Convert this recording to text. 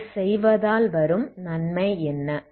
இதை செய்வதால் வரும் நன்மை என்ன